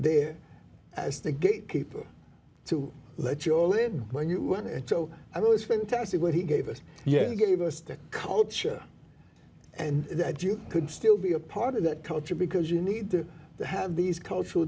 there as the gate keeper to let you all in when you want and so i was fantastic what he gave us yeah he gave us that culture and that you could still be a part of that culture because you need to have these cultural